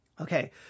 Okay